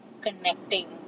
connecting